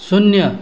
शून्य